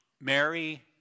Mary